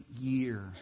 year